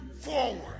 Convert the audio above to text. forward